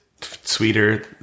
sweeter